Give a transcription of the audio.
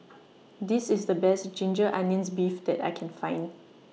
This IS The Best Ginger Onions Beef that I Can Find